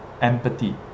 empathy